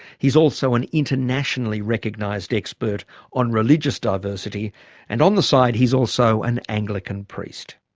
he's also an internationally recognised expert on religious diversity and on the side he's also an anglican priest.